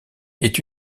est